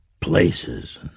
places